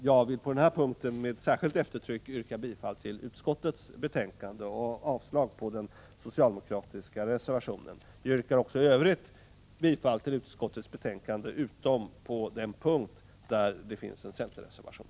Jag vill på denna punkt med särskilt eftertryck yrka bifall till utskottets hemställan och avslag på den socialdemokratiska reservationen. Också i Övrigt yrkar jag bifall till utskottets hemställan, utom på den punkt där det finns en centerreservation.